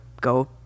go